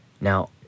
Now